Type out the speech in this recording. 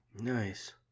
nice